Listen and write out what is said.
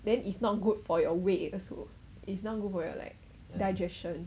then it's not good for your 胃 also is not got for your like digestion